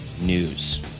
news